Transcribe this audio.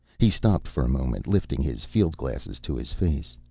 he stopped for a moment, lifting his fieldglasses to his face.